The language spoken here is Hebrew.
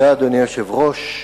אדוני היושב-ראש,